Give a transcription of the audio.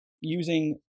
using